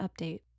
update